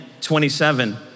27